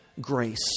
grace